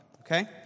Okay